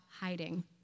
hiding